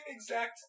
exact